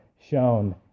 shown